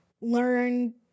learn